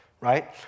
right